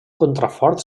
contrafort